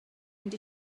mynd